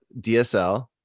dsl